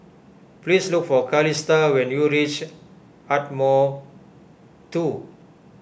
please look for Calista when you reach Ardmore two